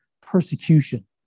persecution